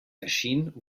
erschien